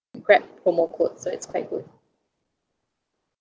Grab promo code so it's quite good